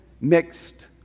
mixed